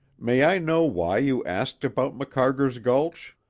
may i know why you asked about macarger's gulch?